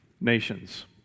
nations